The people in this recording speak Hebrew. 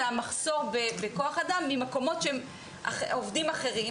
המחסור בכוח אדם ממקומות שהם עובדים אחרים,